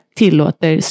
tillåter